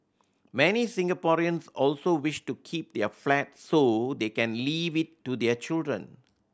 many Singaporeans also wish to keep their flat so they can leave it to their children